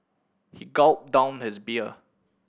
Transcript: he gulped down his beer